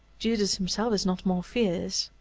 judas himself is not more fierce.